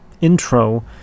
intro